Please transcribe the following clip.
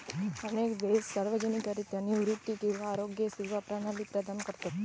अनेक देश सार्वजनिकरित्या निवृत्ती किंवा आरोग्य सेवा प्रणाली प्रदान करतत